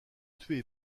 tué